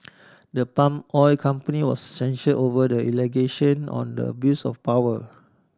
the palm oil company was censure over the allegation on the abuse of power